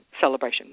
celebration